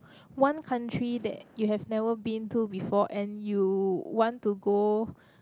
one country that you have never been to before and you want to go